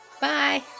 Bye